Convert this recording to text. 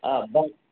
आबऽ